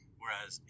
whereas